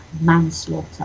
manslaughter